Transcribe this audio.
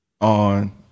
on